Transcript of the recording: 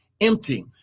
empty